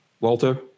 Walter